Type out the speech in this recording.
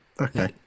Okay